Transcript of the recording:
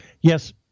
Yes